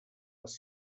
les